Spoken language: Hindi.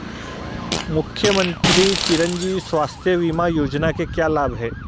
मुख्यमंत्री चिरंजी स्वास्थ्य बीमा योजना के क्या लाभ हैं?